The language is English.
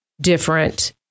different